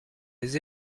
les